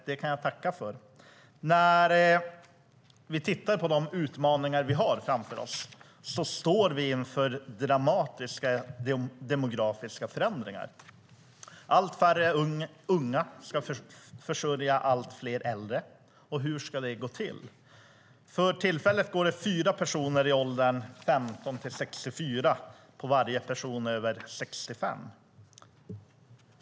Det kan jag tacka för. Vi kan titta på de utmaningar vi har framför oss. Vi står inför dramatiska demografiska förändringar. Allt färre unga ska försörja allt fler äldre, och hur ska det gå till? För tillfället går det fyra personer i åldern 15-64 år på varje person över 65 år.